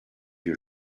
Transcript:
your